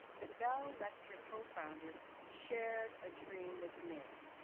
the bell lecture co-founders shared a dream with me.